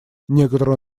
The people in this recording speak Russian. некоторую